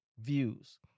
views